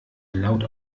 laut